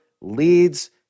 leads